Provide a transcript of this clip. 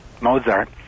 Mozart